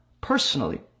personally